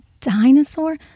dinosaur